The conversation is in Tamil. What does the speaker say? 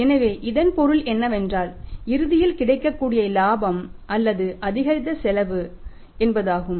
எனவே இதன் பொருள் என்னவென்றால் இறுதியில் கிடைக்கக்கூடிய இலாபம் அல்லது அதிகரித்த செலவு என்பதாகும்